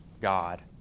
God